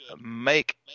make